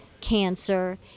cancer